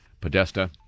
Podesta